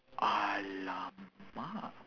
!alamak!